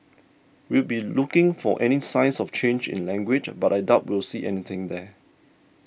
we'll be looking for any signs of change in language but I doubt we'll see anything there